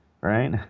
right